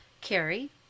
Carrie